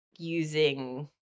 using